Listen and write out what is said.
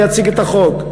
להציג את החוק.